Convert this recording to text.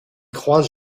croise